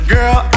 Girl